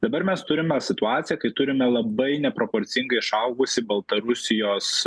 dabar mes turime situaciją kai turime labai neproporcingai išaugusį baltarusijos